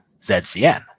ZCN